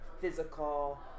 physical